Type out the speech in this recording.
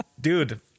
dude